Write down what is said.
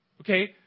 Okay